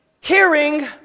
hearing